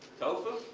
tofu?